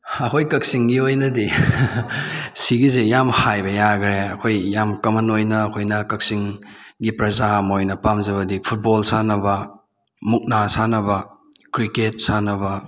ꯑꯩꯈꯣꯏ ꯀꯛꯆꯤꯡꯒꯤ ꯑꯣꯏꯅꯗꯤ ꯁꯤꯒꯤꯁꯦ ꯌꯥꯝ ꯍꯥꯏꯕ ꯌꯥꯒ꯭ꯔꯦ ꯑꯩꯈꯣꯏ ꯌꯥꯝ ꯀꯃꯟ ꯑꯣꯏꯅ ꯑꯩꯈꯣꯏꯅ ꯀꯛꯆꯤꯡꯒꯤ ꯄ꯭ꯔꯥꯖꯥ ꯑꯃ ꯑꯣꯏꯅ ꯄꯥꯝꯖꯕꯗꯤ ꯐꯨꯠꯕꯣꯜ ꯁꯥꯟꯅꯕ ꯃꯨꯛꯅꯥ ꯁꯥꯟꯅꯕ ꯀ꯭ꯔꯤꯀꯦꯠ ꯁꯥꯟꯅꯕ